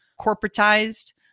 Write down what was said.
corporatized